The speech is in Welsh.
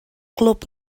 glwb